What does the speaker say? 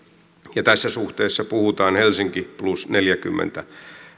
tässä suhteessa puhutaan helsinki plus neljäkymmentä